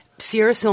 Sierra